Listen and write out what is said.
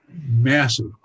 massive